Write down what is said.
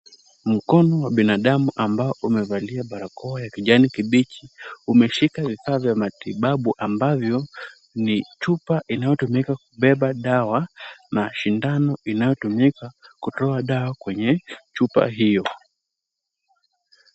Mkono wa binadamu ambao umevalia barakoa ya kijani kibichi, umeshika vifaa vya matibabu ambavyo ni chupa inayotumika kubeba dawa na sindano inayotumika kutoa dawa kwenye chupa hiyo.